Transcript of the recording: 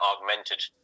augmented